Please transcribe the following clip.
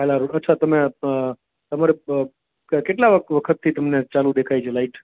કાલા રોડ અચ્છા તમે તમારો કેટલા વખતથી તમને ચાલુ દેખાય છે લાઈટ